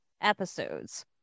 episodes